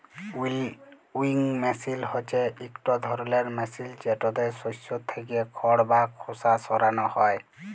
উইলউইং মেসিল হছে ইকট ধরলের মেসিল যেটতে শস্য থ্যাকে খড় বা খোসা সরানো হ্যয়